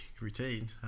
routine